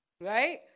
Right